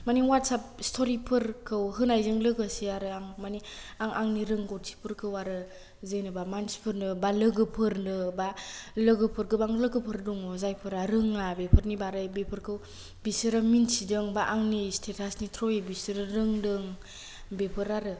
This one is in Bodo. मानि वाट्साब स्ट'रीफोरखौ होनायजों लोगोसे आरो आं मानि आं आंनि रोंगौथिफोरखौ आरो जेनोबा मानसिफोरनो बा लोगोफोरनो बा लोगोफोर गोबां लोगोफोर दङ जायफोरा रोङा बेफोरनि बारै बेफोरखौ बिसोरो मिनथिदों बा आंनि स्टेटासनि थ्रुवै बिसोरो रोंदों बेफोर आरो